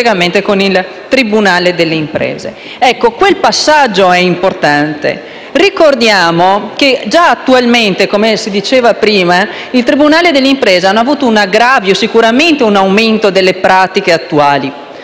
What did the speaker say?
Quel passaggio è importante. Ricordiamo che già attualmente, come si diceva prima, i tribunali delle imprese hanno avuto un aggravio e sicuramente un aumento delle pratiche attuali,